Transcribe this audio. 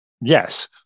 Yes